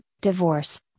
divorce